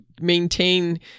maintain